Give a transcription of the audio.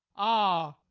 ah,